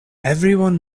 everyone